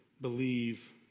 believe